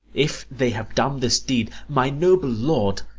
if they have done this deed, my noble lord